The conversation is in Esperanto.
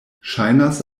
ŝajnas